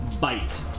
bite